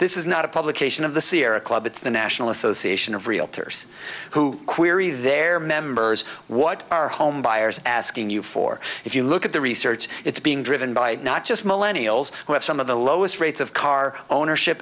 this is not a publication of the sierra club it's the national association of realtors who query their members what are homebuyers asking you for if you look at the research it's being driven by not just millennial who have some of the lowest rates of car ownership